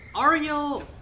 Ariel